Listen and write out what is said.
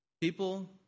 People